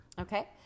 Okay